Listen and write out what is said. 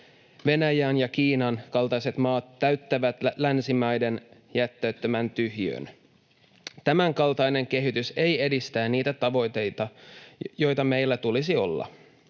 Venäjän ja Kiinan kaltaiset maat täyttävät länsimaiden jättämän tyhjiön. Tämänkaltainen kehitys ei edistä niitä tavoitteita, joita meillä tulisi olla.